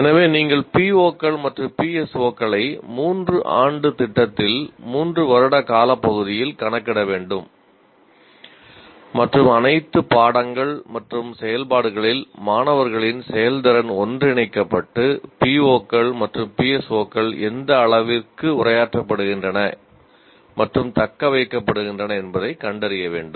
எனவே நீங்கள் POக்கள் மற்றும் PSOக்களை 3 ஆண்டு திட்டத்தில் 3 வருட காலப்பகுதியில் கணக்கிட வேண்டும் மற்றும் அனைத்து பாடங்கள் மற்றும் செயல்பாடுகளில் மாணவர்களின் செயல்திறன் ஒன்றிணைக்கப்பட்டு POக்கள் மற்றும் PSOக்கள் எந்த அளவிற்கு உரையாற்றப்படுகின்றன மற்றும் தக்கவைக்கப்படுகின்றன என்பதைக் கண்டறிய வேண்டும்